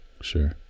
Sure